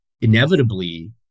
inevitably